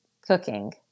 Cooking